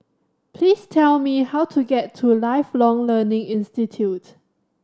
please tell me how to get to Lifelong Learning Institute